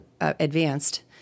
advanced